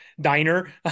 diner